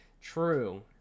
True